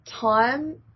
time